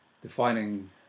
defining